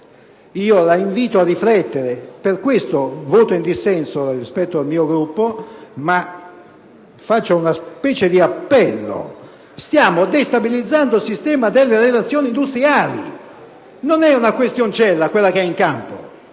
la invito a riflettere. Per questo, voto in dissenso dal mio Gruppo, rivolgendo una specie di appello: stiamo destabilizzando il sistema delle relazioni industriali. Non è una questioncella, quella in campo,